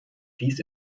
dies